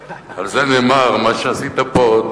מה שעשית פה,